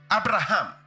Abraham